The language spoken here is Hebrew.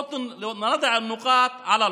(אומר בערבית: נעמיד דברים על דיוקם:)